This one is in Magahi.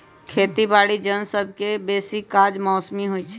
खेती बाड़ीके जन सभके बेशी काज मौसमी होइ छइ